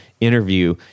interview